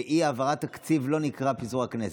ואי-העברת תקציב לא נקרא פיזור הכנסת.